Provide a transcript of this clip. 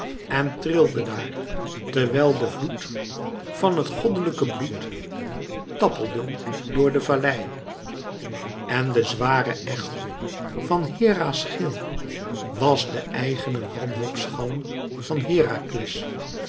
en trilde daar terwijl de vloed van het goddelijke bloed tappelde door de vallei en de zware echo van hera's gil was de eigene wanhoopsgalm van herakles